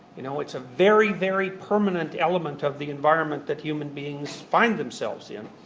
you know it's a very, very permanent element of the environment that human beings find themselves in.